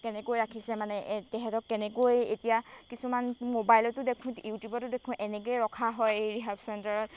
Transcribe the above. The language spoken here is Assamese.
কেনেকৈ ৰাখিছে মানে তেহেঁতক কেনেকৈ এতিয়া কিছুমান মোবাইলতো দেখোঁ ইউটিউবতো দেখোঁ এনেকৈ ৰখা হয় এই ৰিহেব চেণ্টাৰত